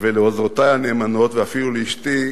ולעוזרותי הנאמנות, ואפילו לאשתי,